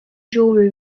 jewelry